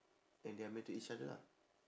and they are meant to each other lah